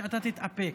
שאתה תתאפק,